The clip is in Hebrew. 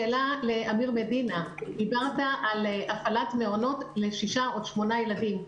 שאלה לאמיר מדינה דיברת על הפעלת מעונות ל-6 או 8 ילדים.